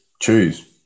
choose